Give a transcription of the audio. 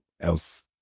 else